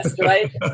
right